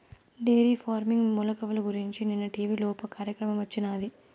dairy farming మెలుకువల గురించి నిన్న టీవీలోప కార్యక్రమం వచ్చినాది